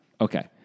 Okay